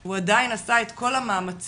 הוא עדיין עשה את כל המאמצים